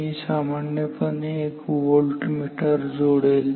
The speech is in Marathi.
मी सामान्यपणे एक व्होल्टमीटर जोडेल